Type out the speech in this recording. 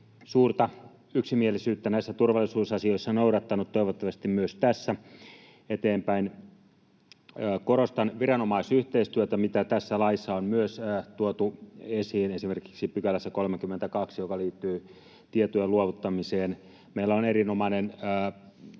suurta yksimielisyyttä näissä turvallisuusasioissa noudattanut, toivottavasti myös tässä ja eteenpäin. Korostan viranomaisyhteistyötä, mitä myös tässä laissa on tuotu esiin, esimerkiksi pykälässä 32, joka liittyy tietojen luovuttamiseen. Meillä on erinomainen